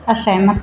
ਅਸਹਿਮਤ